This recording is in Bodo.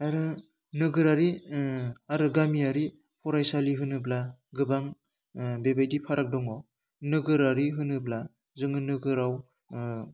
आरो नोगोरारि ओह आरो गामियारि फरायसालि होनोब्ला गोबां ओह बेबायदि फाराग दङ नोगोरारि होनोब्ला जोङो नोगोराव ओह